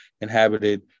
inhabited